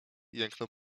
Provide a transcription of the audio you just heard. jęknął